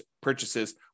purchases